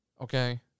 Okay